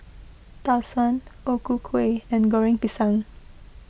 Tau Suan O Ku Kueh and Goreng Pisang